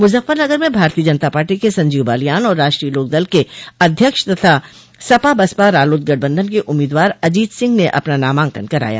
मुजफ्फरनगर में भारतीय जनता पार्टी के संजीव बालियान और राष्ट्रीय लोकदल के अध्यक्ष तथा सपा बसपा रालोद गठबंधन के उम्मीदवार अजीत सिंह ने अपना नामांकन कराया